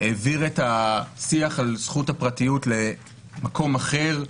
העביר את השיח על זכות הפרטיות למקום אחר,